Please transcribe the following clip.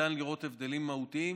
ניתן לראות הבדלים מהותיים